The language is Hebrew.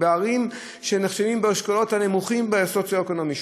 בערים שנחשבות באשכולות הנמוכים בסולם הסוציו-אקונומי.